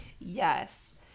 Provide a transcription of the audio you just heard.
Yes